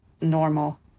normal